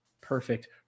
perfect